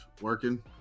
Working